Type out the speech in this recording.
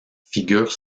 figurent